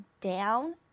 down